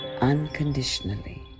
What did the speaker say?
unconditionally